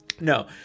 No